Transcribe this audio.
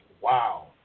Wow